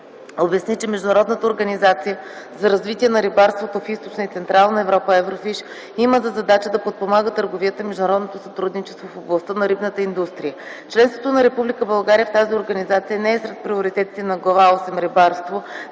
обясни, че Международната организация за развитие на рибарството в Източна и Централна Европа (Еврофиш) има за задача да подпомага търговията и международното сътрудничество в областта на рибната индустрия. Членството на Република България в тази организация не е сред приоритетите на Глава осма „Рибарство”